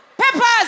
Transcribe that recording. Peppers